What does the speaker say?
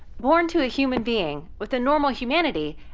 born to a human being with a normal humanity,